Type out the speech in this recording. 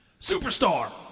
Superstar